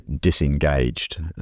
Disengaged